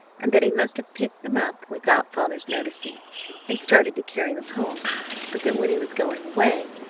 and that he must have picked them up without father's noticing and started to carry them home but that when he was going away,